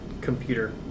computer